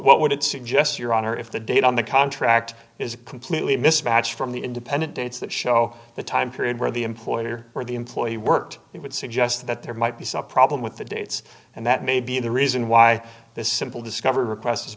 what would it suggest your honor if the date on the contract is completely mismatched from the independent dates that show the time period where the employer or the employee worked it would suggest that there might be some problem with the dates and that may be the reason why this simple discovery request is